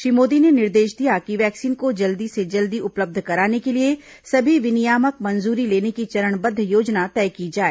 श्री मोदी ने निर्देश दिया कि वैक्सीन को जल्दी से जल्दी उपलब्ध कराने के लिए सभी विनियामक मंजूरी लेने की चरणबद्ध योजना तय की जाए